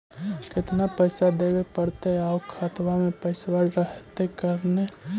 केतना पैसा देबे पड़तै आउ खातबा में पैसबा रहतै करने?